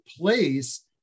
place